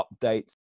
updates